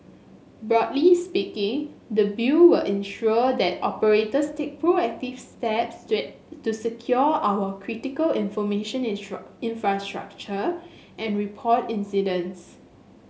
broadly speaking the bill will ensure that operators take proactive steps to at to secure our critical information infrastructure and report incidents